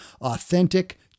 authentic